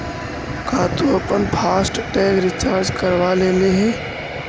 का तु अपन फास्ट टैग रिचार्ज करवा लेले हे?